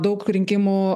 daug rinkimų